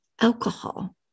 alcohol